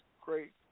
great